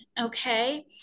okay